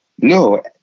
no